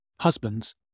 Husbands